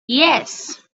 yes